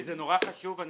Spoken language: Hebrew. זה נורא חשוב.